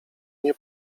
nie